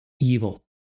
evil